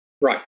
Right